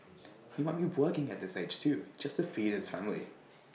he might be working at this age too just to feed his family